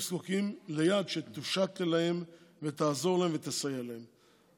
הם זקוקים ליד שתושט להם ותעזור להם ותסייע להם.